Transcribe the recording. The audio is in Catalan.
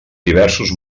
diversos